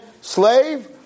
slave